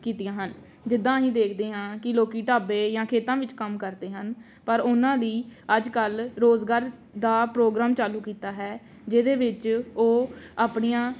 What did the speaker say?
ਕੀਤੀਆਂ ਹਨ ਜਿੱਦਾਂ ਅਸੀਂ ਦੇਖਦੇ ਹਾਂ ਕਿ ਲੋਕ ਢਾਬੇ ਜਾਂ ਖੇਤਾਂ ਵਿੱਚ ਕੰਮ ਕਰਦੇ ਹਨ ਪਰ ਉਹਨਾਂ ਲਈ ਅੱਜ ਕੱਲ੍ਹ ਰੋਜ਼ਗਾਰ ਦਾ ਪ੍ਰੋਗਰਾਮ ਚਾਲੂ ਕੀਤਾ ਹੈ ਜਿਹਦੇ ਵਿੱਚ ਉਹ ਆਪਣੀਆਂ